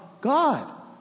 God